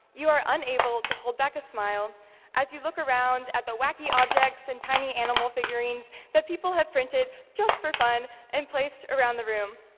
you are unable to hold back a smile as you look around at the wacky objects and tiny animal figurines that people have printed just for fun and placed around the room.